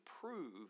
prove